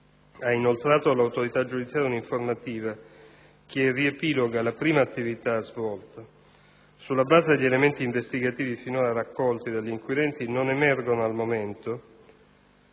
ha inoltrato all'autorità giudiziaria un'informativa che riepiloga la prima attività svolta. Sulla base degli elementi investigativi finora raccolti dagli inquirenti non emergono al momento